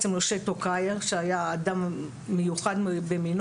אצל משה טוקייר שהיה אדם מיוחד במינו